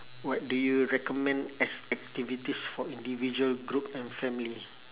what do you recommend as activities for individual group and family